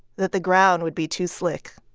that the ground would be too slick.